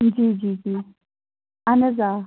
جی جی جی اَہَن حظ آ